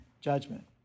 judgment